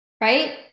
right